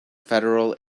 federal